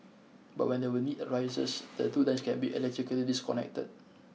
but when the we need arises the two lines can be electrically disconnected